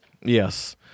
Yes